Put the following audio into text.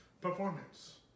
performance